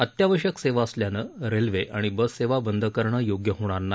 अत्यावश्यक सेवा असल्यानं रेल्वे आणि बससेवा बंद करणं योग्य होणार नाही